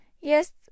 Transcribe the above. Yes